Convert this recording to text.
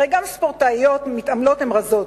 הרי גם ספורטאיות מתעמלות הן רזות,